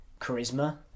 Charisma